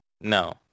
No